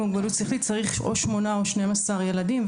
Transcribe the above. מוגבלות שכלית צריך או שמונה או 12 ילדים,